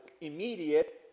immediate